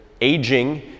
Aging